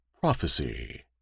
prophecy